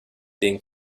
den